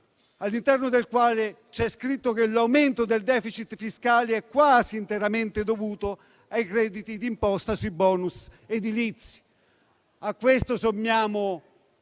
all'interno del quale c'è scritto che l'aumento del *deficit* fiscale è quasi interamente dovuto ai crediti d'imposta sui *bonus* edilizi. Se a questo sommiamo